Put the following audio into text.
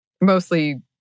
mostly